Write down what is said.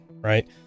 right